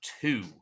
two